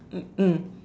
mmhmm